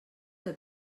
que